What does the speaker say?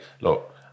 look